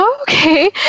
Okay